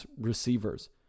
receivers